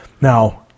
now